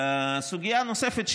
סוגיה נוספת,